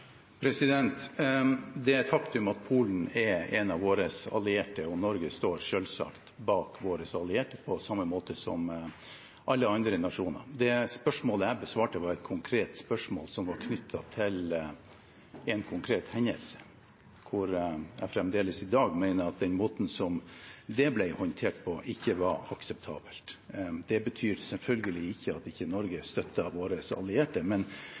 Det er et faktum at Polen er en av våre allierte, og Norge står selvsagt bak våre allierte, på samme måte som alle andre nasjoner. Det spørsmålet jeg besvarte, var et konkret spørsmål knyttet til en konkret hendelse, der jeg fremdeles i dag mener at måten den ble håndtert på, ikke var akseptabel. Det betyr selvfølgelig ikke at Norge ikke støtter våre allierte, men